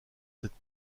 cette